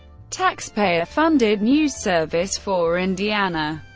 taxpayer-funded news service for indiana.